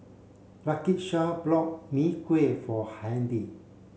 Lakisha bought Mee Kuah for Handy